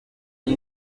gli